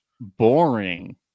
boring